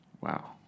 Wow